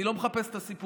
אני לא מחפש את הסיפורים.